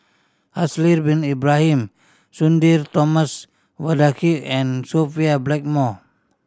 Haslir Bin Ibrahim Sudhir Thomas Vadaketh and Sophia Blackmore